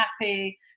happy